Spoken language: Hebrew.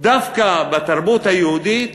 דווקא בתרבות היהודית